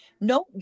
no